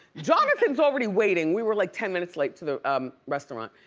jonathan's already waiting. we were like ten minutes late to the restaurant.